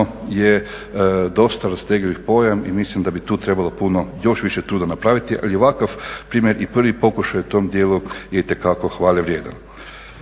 je dosta rastegljiv pojam i mislim da bi tu trebalo puno još više truda napraviti. Ali ovakav primjer i prvi pokušaj u tom dijelu je itekako hvalevrijedan.